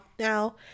now